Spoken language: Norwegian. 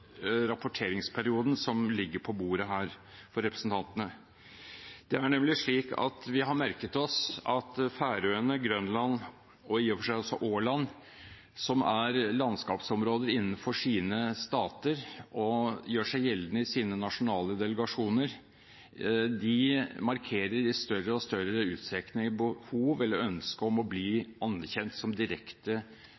rapporteringsperioden som ligger på bordet her, for representantene. Det er nemlig slik at vi har merket oss at Færøyene, Grønland og i og for seg også Åland, som er landskapsområder innenfor sine stater og gjør seg gjeldende i sine nasjonale delegasjoner, i større og større utstrekning markerer behov eller ønske om å bli